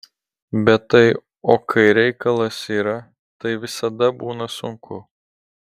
bet tai o kai reikalas yra tai visada būna sunku